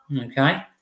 Okay